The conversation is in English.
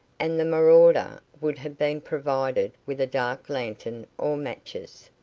and the marauder would have been provided with a dark lantern or matches.